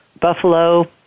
Buffalo